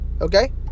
Okay